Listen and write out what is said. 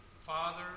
Father